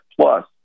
Plus